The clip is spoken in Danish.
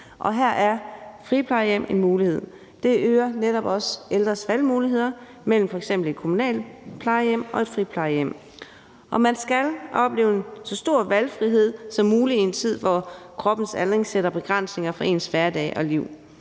og her er friplejehjem en mulighed. Det øger netop også ældres valgmuligheder mellem f.eks. et kommunalt plejehjem og et friplejehjem. Man skal opleve så stor valgfrihed som muligt i en tid, hvor kroppens aldring sætter begrænsninger for ens hverdag og liv.